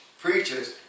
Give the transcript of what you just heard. preachers